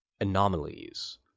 anomalies